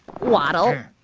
waddle,